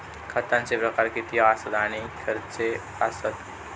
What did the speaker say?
खतांचे प्रकार किती आसत आणि खैचे आसत?